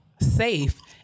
safe